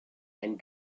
and